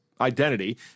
identity